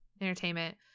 Entertainment